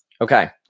Okay